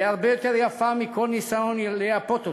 היא הרבה יותר יפה מכל ניסיון לייפות אותה.